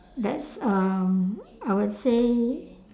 that's um I would say